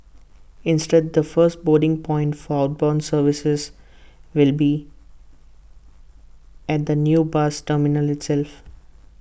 instead the first boarding point for bound services will be at the new bus terminal itself